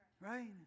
Right